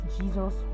jesus